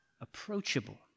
approachable